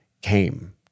came